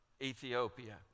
Ethiopia